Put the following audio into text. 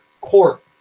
court